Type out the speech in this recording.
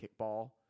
kickball